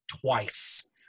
twice